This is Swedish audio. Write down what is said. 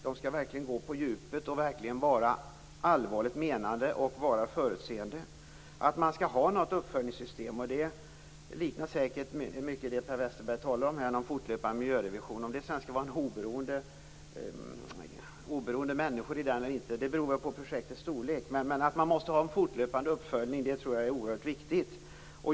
De skall gå på djupet och vara allvarligt menade, och de skall vara förutseende. Det skall finnas ett uppföljningssystem. Det skulle säkert kunna likna det Per Westerberg talar om, dvs. en fortlöpande miljörevision. Om den skall göras av oberoende människor eller inte beror väl på projektets storlek, men jag tror att en fortlöpande uppföljning är oerhört viktigt.